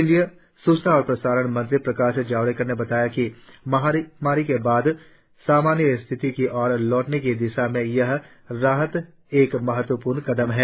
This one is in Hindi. केंद्रीय सूचना और प्रसारण मंत्री प्रकाश जावड़ेकर ने बताया कि महामारी के बाद सामान्य स्थिति की ओर लौटने की दिशा में यह राहत एक महत्वपूर्ण कदम है